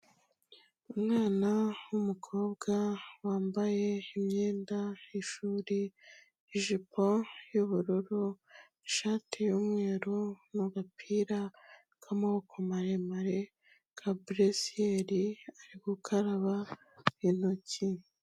Umwana w'umukobwa wambaye imyenda y'ishuri, ijipo y'ubururu, ishati y'umweru, n'agapira k'amaboko maremare ka buresiyeri, ari gukaraba intoki.